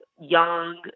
young